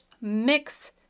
Mix